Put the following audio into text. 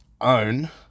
own